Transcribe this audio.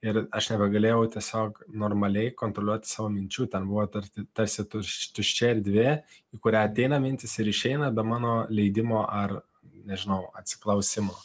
ir aš nebegalėjau tiesiog normaliai kontroliuoti savo minčių ten buvo tarti tarsi tuš tuščia erdvė į kurią ateina mintys ir išeina be mano leidimo ar nežinau atsiklausimo